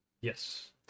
Yes